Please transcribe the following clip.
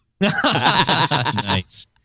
Nice